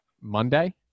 Monday